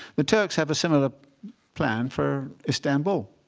the turks have a similar plan for istanbul.